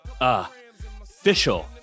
official